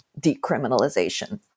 decriminalization